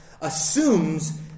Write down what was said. assumes